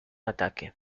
ataque